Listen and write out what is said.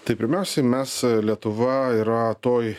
tai pirmiausiai mes lietuva yra toj